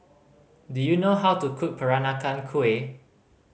do you know how to cook Peranakan Kueh